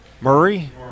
Murray